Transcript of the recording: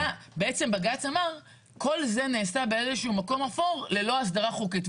בג"ץ אמר: כל זה נעשה במקום אפור ללא הסדרה חוקית,